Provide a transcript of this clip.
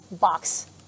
box